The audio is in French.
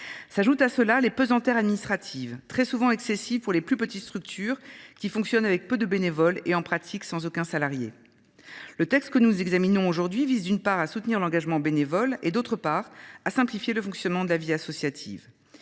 S’ajoutent à cela les pesanteurs administratives, très souvent excessives pour les plus petites structures, qui fonctionnent avec peu de bénévoles et, en pratique, sans aucun salarié. Le texte que nous examinons aujourd’hui vise, d’une part, à soutenir l’engagement bénévole et, d’autre part, à simplifier le fonctionnement de la vie associative.